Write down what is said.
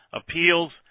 appeals